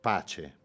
Pace